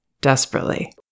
desperately